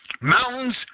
mountains